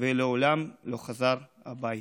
ולעולם לא חזר הביתה.